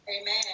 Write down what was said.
Amen